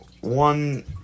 one